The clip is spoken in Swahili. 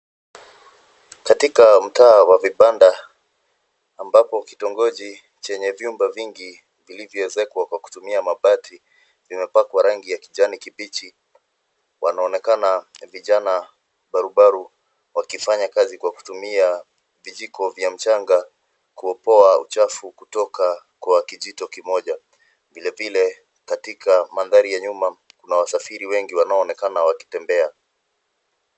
Katika mtaa wa vibanda ambapo kitongoji chenye vyumba vingi vilivyoezekwa kwa kutumia mabati, vimepakwa rangi ya kijani kibichi. Wanaonekana vijana barobaro wakifanya kazi kwa kutumia vijiko vya mchanga kuopoa uchafu kutoka kwa kijito kimoja. Vilevile katika mandhari ya nyuma kuna wasafiri wengi wanaonekana wakitembea.